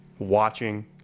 watching